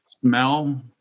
smell